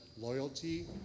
loyalty